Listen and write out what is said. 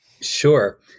Sure